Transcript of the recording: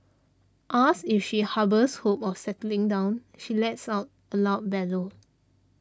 asked if she harbours hopes of settling down she lets out a loud bellow